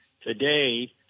today